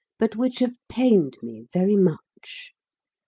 but which have pained me very much.